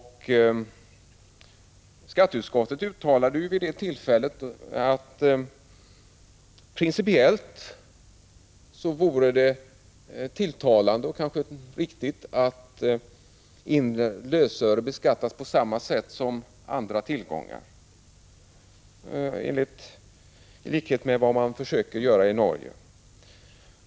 Skatteutskottet uttalade vid det tillfället att det principiellt vore tilltalande och riktigt att inre lösöre beskattades på samma sätt som andra tillgångar, som man försöker göra i Norge.